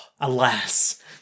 alas